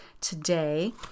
today